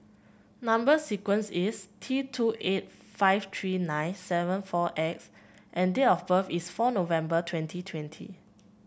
number sequence is T two eight five three nine seven four X and date of birth is four November twenty twenty